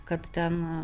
kad ten